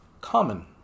Common